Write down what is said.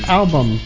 album